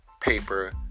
paper